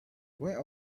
where